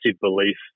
belief